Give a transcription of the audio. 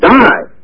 die